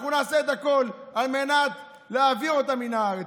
אנחנו נעשה את הכול על מנת להעביר אותה מן הארץ.